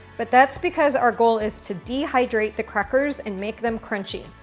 but that's because our goal is to dehydrate the crackers and make them crunchy.